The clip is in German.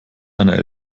einer